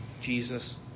Jesus